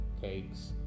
cakes